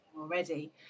already